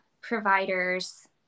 providers